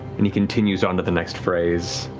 and he continues on to the next phrase,